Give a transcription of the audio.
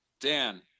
Dan